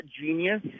genius